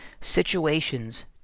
Situations